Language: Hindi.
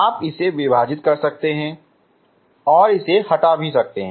आप इसे विभाजित कर सकते हैं और इसे हटा सकते हैं